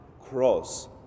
cross